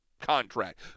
contract